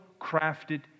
crafted